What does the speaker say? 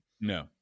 No